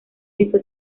esto